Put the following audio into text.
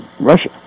Russia